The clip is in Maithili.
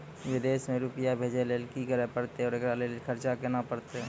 विदेश मे रुपिया भेजैय लेल कि करे परतै और एकरा लेल खर्च केना परतै?